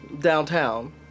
Downtown